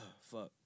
fuck